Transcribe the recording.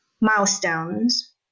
milestones